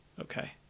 okay